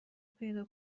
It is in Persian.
پیدا